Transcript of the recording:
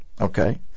Okay